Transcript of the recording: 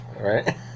right